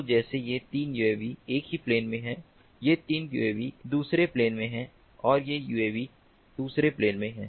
तो जैसे ये 3 यूएवी एक ही प्लेन में हैं ये 3 यूएवी दूसरे प्लेन में हैं और ये यूएवी दूसरे प्लेन हैं